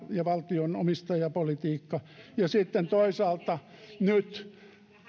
ja valtion omistajapolitiikka kaatoivat hallituksen ja sitten toisaalta nyt